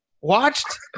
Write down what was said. watched